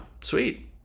Sweet